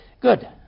Good